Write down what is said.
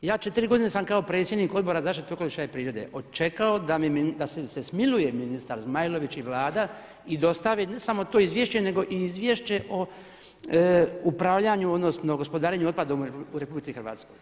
I ja četiri godine sam kao predsjednik Odbora za zaštitu okoliša i prirode čekao da mi se smiluje ministar Zmajlović i vlada i dostavi ne samo to izvješće nego i izvješće o upravljanju odnosno gospodarenju otpadom u RH.